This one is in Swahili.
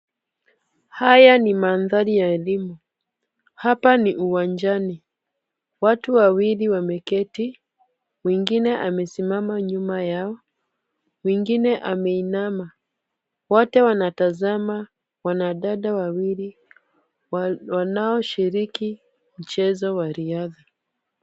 Haya ni mandhari ya elimu. Hapa ni uwanjani. Watu wawili wameketi mwingine amesimama nyuma yao. Mwingine ameinama. Wote wanatazama wanadada wawili wanaoshiriki mchezo wa riadha.